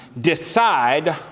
Decide